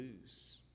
lose